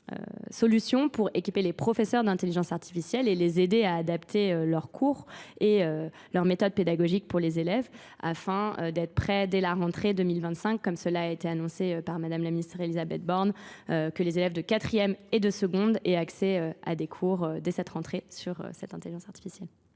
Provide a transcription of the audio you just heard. solutions pour équiper les professeurs d'intelligence artificielle et les aider à adapter leurs cours et leurs méthodes pédagogiques pour les élèves afin d'être prêt dès la rentrée 2025, comme cela a été annoncé par madame la ministre Elisabeth Borne, que les élèves de quatrième et de seconde aient accès à des cours dès cette rentrée sur cette intelligence artificielle.